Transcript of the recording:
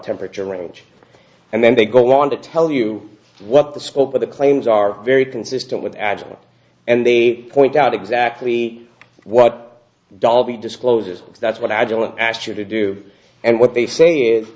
temperature range and then they go on to tell you what the scope of the claims are very consistent with agile and they point out exactly what dol b discloses is that's what agilent asked you to do and what they say